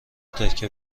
تکه